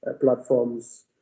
platforms